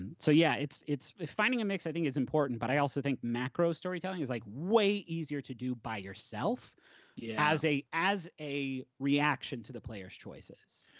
and so, yeah, it's it's finding a mix, i think, is important, but i also think macro storytelling is like way easier to do by yourself yeah as a as a reaction to the player's choices.